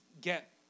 get